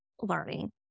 learning